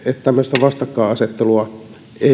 tämmöistä vastakkainasettelua